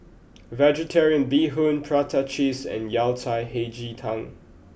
vegetarian Bee Hoon Prata Cheese and Yao Cai Hei Ji Tang